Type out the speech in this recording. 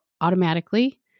automatically